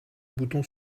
bouton